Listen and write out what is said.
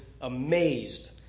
amazed